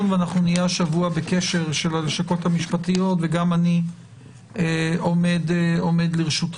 ונהיה אתכם השבוע בקשר עם הלשכות המשפטיות וגפם אני עומד לרשותכם,